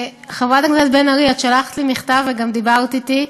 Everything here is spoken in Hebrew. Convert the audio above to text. חברת הכנסת בן ארי, שלחת לי מכתב וגם דיברת אתי,